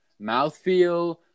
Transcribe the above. Mouthfeel